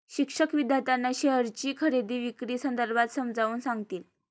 शिक्षक विद्यार्थ्यांना शेअरची खरेदी विक्री संदर्भात समजावून सांगतील